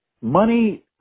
money